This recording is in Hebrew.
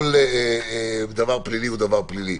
כל מעשה פלילי הוא מעשה פלילי,